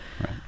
right